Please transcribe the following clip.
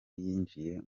yinjiye